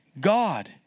God